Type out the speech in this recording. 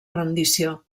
rendició